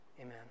amen